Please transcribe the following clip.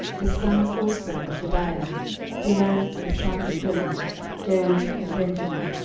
the sons also of jediael bilhan and the sons of bilhan jeush, and benjamin,